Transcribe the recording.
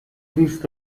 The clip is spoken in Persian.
دوست